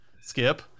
skip